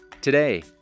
Today